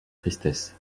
tristesse